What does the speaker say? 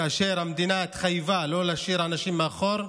כאשר המדינה התחייבה לא להשאיר אנשים מאחור.